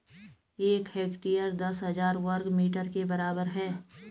एक हेक्टेयर दस हजार वर्ग मीटर के बराबर है